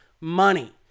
money